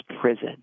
prison